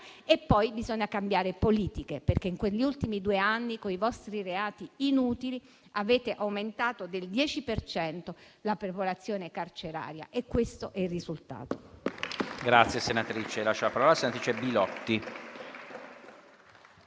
e poi bisogna cambiare politiche, perché negli ultimi due anni, coi vostri reati inutili, avete aumentato del 10 per cento la popolazione carceraria e questo è il risultato.